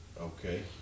Okay